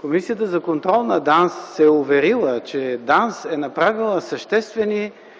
Комисията за контрол на ДАНС се е уверила, че ДАНС е направила съществени